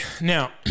Now